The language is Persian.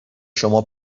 شما